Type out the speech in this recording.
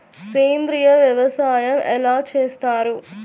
సేంద్రీయ వ్యవసాయం ఎలా చేస్తారు?